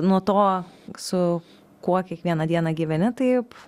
nuo to su kuo kiekvieną dieną gyveni taip